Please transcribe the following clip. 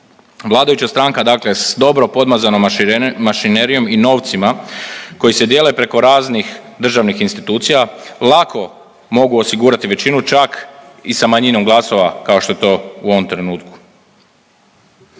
Vladajuća stranka dakle sa dobro podmazanom mašinerijom i novcima koji se dijele preko raznih državnih institucija lako mogu osigurati većinu čak i sa manjinom glasova kao što je to u ovom trenutku.